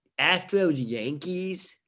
Astros-Yankees